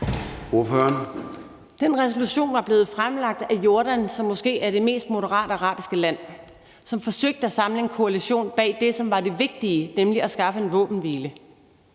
Den resolution var blevet fremlagt af Jordan, som måske er det mest moderate arabiske land, som forsøgte at samle en koalition bag det, som var det vigtige, nemlig at skaffe en våbenhvile.